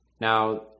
Now